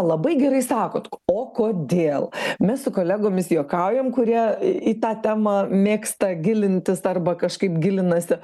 labai gerai sakot o kodėl mes su kolegomis juokaujam kurie į į tą temą mėgsta gilintis arba kažkaip gilinasi